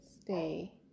stay